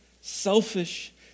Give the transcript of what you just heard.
selfish